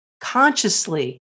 consciously